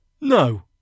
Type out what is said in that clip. No